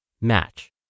Match